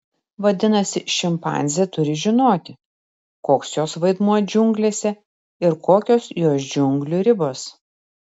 vadinasi šimpanzė turi žinoti koks jos vaidmuo džiunglėse ir kokios jos džiunglių ribos